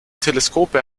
teleskope